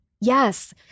Yes